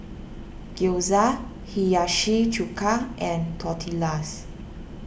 Gyoza Hiyashi Chuka and Tortillas